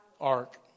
ark